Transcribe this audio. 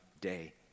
day